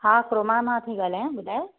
हा क्रोमा मां थी ॻाल्हायां ॿुधायो